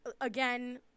again